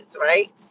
Right